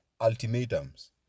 ultimatums